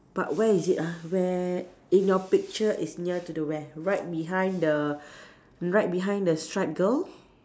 but where is it ah where in your picture it's near to the where right behind the right behind the striped girl